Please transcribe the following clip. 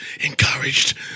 encouraged